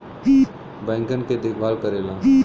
बैंकन के देखभाल करेला